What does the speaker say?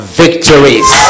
victories